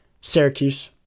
Syracuse